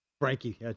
Frankie